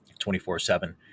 24-7